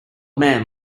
man